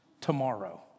tomorrow